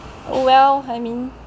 oh well I mean